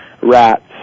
rats